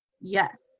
yes